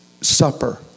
supper